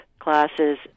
Classes